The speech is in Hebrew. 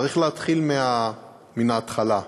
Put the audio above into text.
צריך להתחיל מן ההתחלה,